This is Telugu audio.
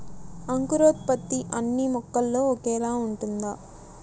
అంకురోత్పత్తి అన్నీ మొక్కల్లో ఒకేలా ఉంటుందా?